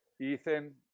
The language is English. Ethan